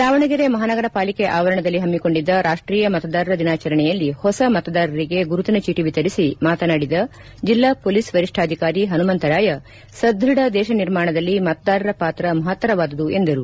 ದಾವಣಗೆರೆ ಮಹಾನಗರ ಪಾಲಿಕೆ ಆವರಣದಲ್ಲಿ ಹಮ್ಮಿಕೊಂಡಿದ್ದ ರಾಷ್ಟೀಯ ಮತದಾರರ ದಿನಾಚರಣೆಯಲ್ಲಿ ಹೊಸ ಮತದಾರರಿಗೆ ಗುರುತಿನ ಚೀಟಿ ವಿತರಿಸಿ ಮಾತನಾಡಿದ ಜಿಲ್ಲಾ ಮೋಲೀಸ್ ವರಿಷ್ಠಾಧಿಕಾರಿ ಪನುಮಂತರಾಯ ಸದೃಢ ದೇಶ ನಿರ್ಮಾಣದಲ್ಲಿ ಮತದಾರರ ಪಾತ್ರ ಮಹತ್ತರವಾದುದು ಎಂದರು